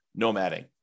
nomading